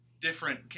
different